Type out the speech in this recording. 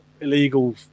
illegal